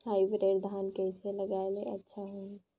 Hybrid धान कइसे लगाय ले अच्छा होही?